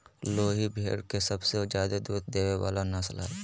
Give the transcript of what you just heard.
लोही भेड़ के सबसे ज्यादे दूध देय वला नस्ल हइ